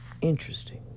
Interesting